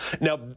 now